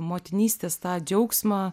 motinystės tą džiaugsmą